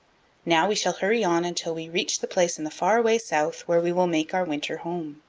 now we shall hurry on until we reach the place in the far-away south where we will make our winter home.